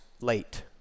late